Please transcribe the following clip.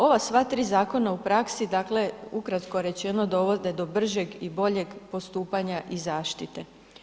Ova sva tri zakona u praksi, dakle ukratko rečeno, dovode do bržeg i boljeg postupanja i zaštite.